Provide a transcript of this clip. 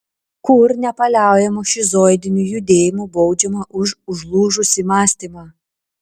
kur nepaliaujamu šizoidiniu judėjimu baudžiama už užlūžusį mąstymą